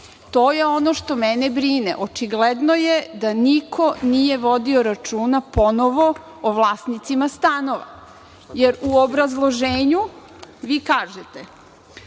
je ono što mene brine. Očigledno je da niko nije vodio računa ponovo o vlasnicima stanova, jer u obrazloženju vi kažete